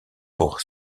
pour